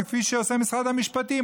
כפי שעושה משרד המשפטים.